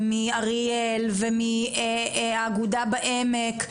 ומאריאל ומאגודה בעמק,